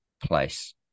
place